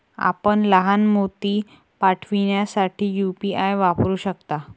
आपण लहान मोती पाठविण्यासाठी यू.पी.आय वापरू शकता